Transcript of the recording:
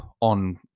on